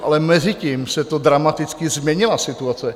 Ale mezitím se dramaticky změnila situace.